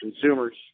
consumers